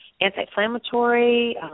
anti-inflammatory